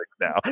now